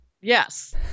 Yes